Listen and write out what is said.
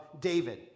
David